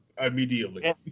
immediately